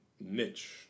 niche